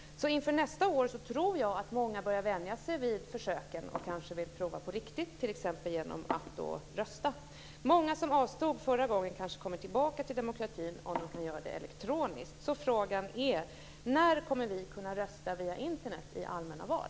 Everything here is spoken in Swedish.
Inför nästa år tror jag att många börjar vänja sig vid försöken och kanske vill prova på riktigt, t.ex. genom att rösta. Många som avstod förra gången kanske kommer tillbaka till demokratin om de kan göra det elektroniskt. Så frågan är: När kommer vi att kunna rösta via Internet i allmänna val?